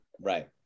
Right